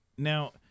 Now